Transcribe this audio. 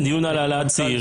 כן, דיון על העלאת צעירים.